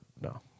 No